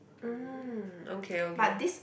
mm okay okay